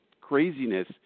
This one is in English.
craziness